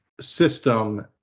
system